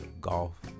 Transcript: golf